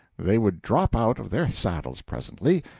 they would drop out of their saddles presently,